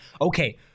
okay